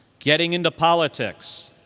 getting into politics,